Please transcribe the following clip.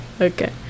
Okay